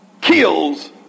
kills